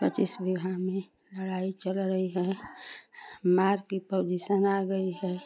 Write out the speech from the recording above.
पचीस बिगहा में लड़ाई चल रई है मार की पोजीसन आ गई है